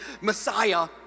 Messiah